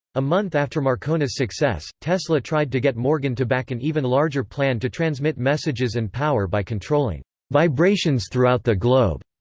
a month after marconi's success, tesla tried to get morgan to back an even larger plan to transmit messages and power by controlling vibrations throughout the globe.